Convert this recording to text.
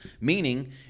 Meaning